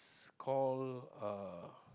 call